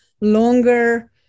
longer